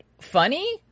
funny